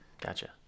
Gotcha